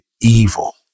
evil